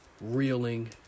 reeling